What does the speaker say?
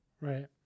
Right